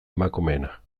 emakumeena